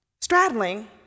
straddling